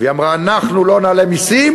היא אמרה: אנחנו לא נעלה מסים,